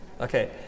Okay